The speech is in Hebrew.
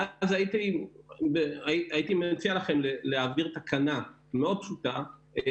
ואז הייתי מציע לכם להעביר תקנה מאוד פשוטה,